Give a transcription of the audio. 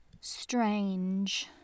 strange